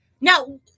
Now